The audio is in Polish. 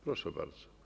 Proszę bardzo.